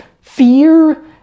fear